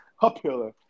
popular